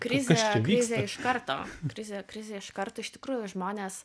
krizė krizė iš karto krizė krizė iš karto iš tikrųjų žmones